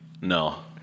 No